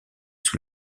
sous